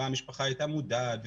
המשפחה הייתה מודעת,